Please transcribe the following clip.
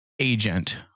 Agent